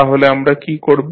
তাহলে আমরা কী করব